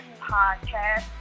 Podcast